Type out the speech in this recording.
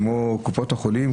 כמו קופות החולים,